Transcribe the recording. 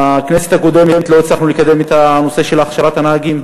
בכנסת הקודמת לא הצלחנו לקדם את הנושא של הכשרת הנהגים.